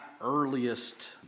earliest